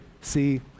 see